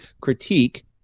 critique